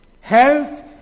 health